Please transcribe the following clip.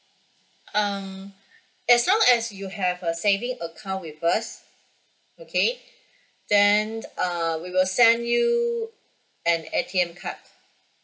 um as long as you have a saving account with us okay then err we will send you an A_T_M card